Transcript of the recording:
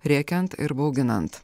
rėkiant ir bauginant